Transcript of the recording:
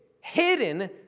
hidden